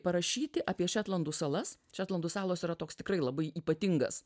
parašyti apie šetlandų salas šetlandų salos yra toks tikrai labai ypatingas